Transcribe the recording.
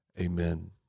Amen